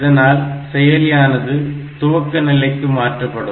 இதனால் செயலியானது துவக்க நிலைக்கு மாற்றப்படும்